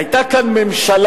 היתה כאן ממשלה,